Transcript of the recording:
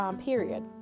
period